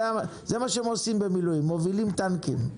זה מה שהם עושים במילואים, מובילים טנקים.